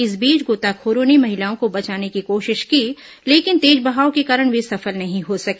इस बीच गोताखोरों ने महिलाओं को बचाने की कोशिश की लेकिन तेज बहाव के कारण वे सफल नहीं हो सके